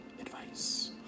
advice